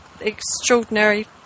extraordinary